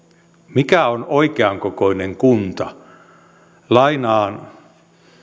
mikä on oikean kokoinen kunta lainaan